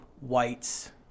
whites